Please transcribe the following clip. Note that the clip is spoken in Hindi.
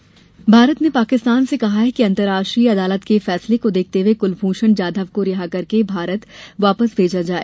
राज्यसभा जाधव भारत ने पाकिस्तान से कहा है कि अंतरराष्ट्रीय अदालत के फैसले को देखते हुए कुलभूषण जाधव को रिहा करके वापस भारत भेजा जाए